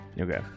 okay